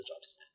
jobs